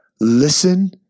listen